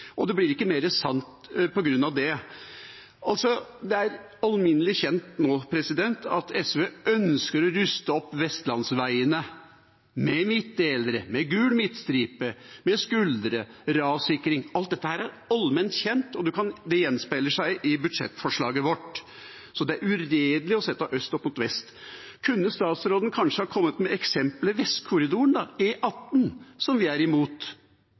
og det blir ikke mer sant på grunn av det. Det er alminnelig kjent nå at SV ønsker å ruste opp vestlandsveiene – med midtdelere, med gul midtstripe, med skuldre, med rassikring. Alt dette er allment kjent, og det gjenspeiler seg i budsjettforslaget vårt. Så det er uredelig å sette øst opp mot vest. Kunne statsråden kanskje ha kommet med eksempler – som Vestkorridoren, E18, som vi er imot,